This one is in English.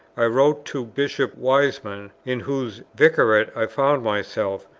i wrote to bishop wiseman, in whose vicariate i found myself,